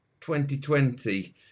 2020